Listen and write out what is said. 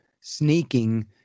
sneaking